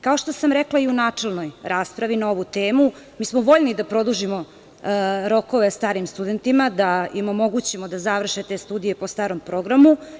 Kao što sam rekla i u načelnoj raspravi na ovu temu, mi smo voljni da produžimo rokove starim studentima, da im omogućimo da završe te studije po starom programu.